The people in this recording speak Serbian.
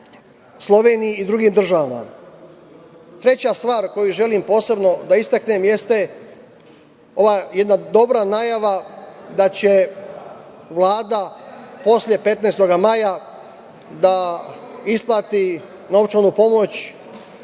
Sloveniji i drugim državama. Treća stvar koju želim posebno da istaknem jeste ova jedna dobra najava da će Vlada posle 15. maja da isplati novčanu pomoć